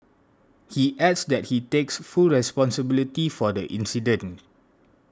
he adds that he takes full responsibility for the incident